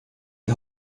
die